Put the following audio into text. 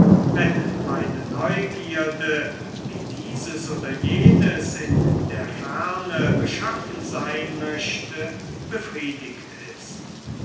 wenn meine neugierde wie dieses oder jenes in der ferne beschaffen sein möchte befriedigt ist